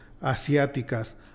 asiáticas